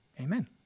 Amen